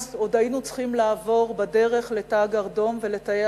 אז עוד היינו צריכים לעבור בדרך לתא הגרדום ולתאי